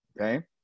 okay